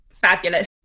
Fabulous